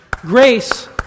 grace